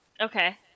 Okay